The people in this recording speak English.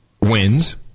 wins